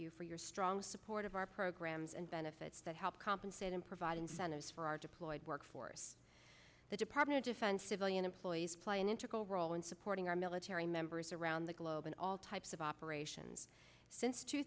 you for your strong support of our programs and benefits that help compensate and provide incentives for our deployed work force the department of defense civilly and employees play an integral role in supporting our military members around the globe in all types of operations since two